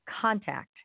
contact